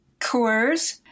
Coors